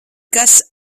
kas